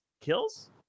kills